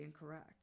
incorrect